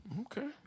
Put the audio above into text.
Okay